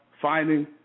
finding